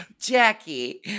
Jackie